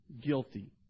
guilty